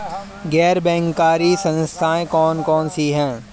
गैर बैंककारी संस्थाएँ कौन कौन सी हैं?